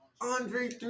Andre